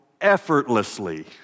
effortlessly